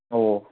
હોવ